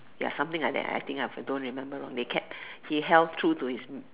ya something like that I think I don't remember lor they kept he held true to his